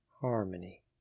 harmony